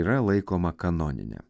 yra laikoma kanonine